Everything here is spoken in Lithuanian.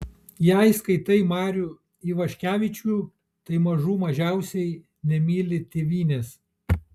jei skaitai marių ivaškevičių tai mažų mažiausiai nemyli tėvynės